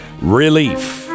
relief